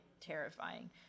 terrifying